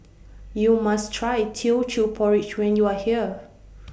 YOU must Try Teochew Porridge when YOU Are here